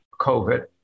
COVID